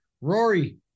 Rory